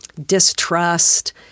distrust